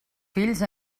fills